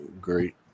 great